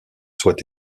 soient